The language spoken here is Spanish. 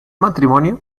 matrimonio